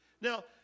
Now